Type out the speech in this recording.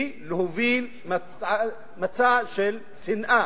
היא להוביל מצע של שנאה,